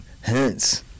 Hence